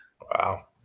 wow